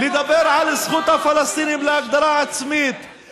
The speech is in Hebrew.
איזה יופי, נציג זכויות האדם, אתה והמפלגה שלך.